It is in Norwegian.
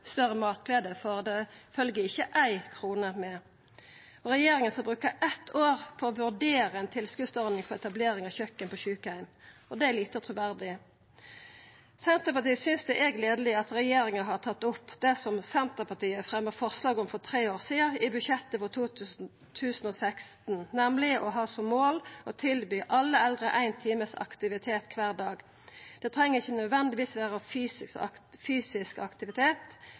større matglede, for det følgjer ikkje ei krone med. Regjeringa skal bruka eitt år på å vurdera ei tilskotsordning for etablering av kjøkken på sjukeheimar, og det er lite truverdig. Senterpartiet synest det er gledeleg at regjeringa har tatt opp det som Senterpartiet fremja forslag om for tre år sidan, i budsjettet for 2016, nemleg å ha som mål å tilby alle eldre ein times aktivitet kvar dag. Det treng ikkje nødvendigvis vera fysisk aktivitet, men òg kulturell og sosial aktivitet